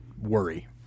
worry